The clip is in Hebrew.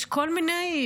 יש כל מיני,